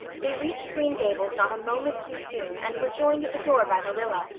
they reached green gables not a moment too soon and were joined at the door by marilla,